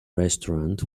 restaurant